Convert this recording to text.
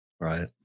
Right